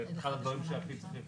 זה אחד הדברים הדחופים.